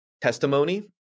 testimony